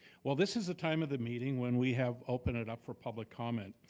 well, this is a time of the meeting when we have open it up for public comment,